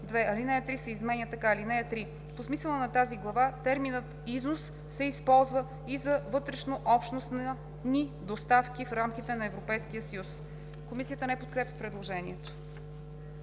Ал. 3 се изменя така: „(3) По смисъла на тази глава терминът „износ“ се използва и за вътрешнообщностни доставки в рамките на Европейския съюз“. Комисията не подкрепя предложението.